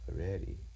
Already